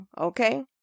okay